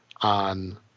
on